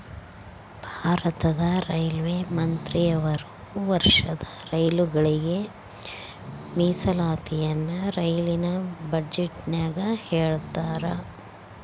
ಭಾರತದ ರೈಲ್ವೆ ಮಂತ್ರಿಯವರು ವರ್ಷದ ರೈಲುಗಳಿಗೆ ಮೀಸಲಾತಿಯನ್ನ ರೈಲಿನ ಬಜೆಟಿನಗ ಹೇಳ್ತಾರಾ